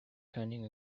turning